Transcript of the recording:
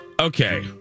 Okay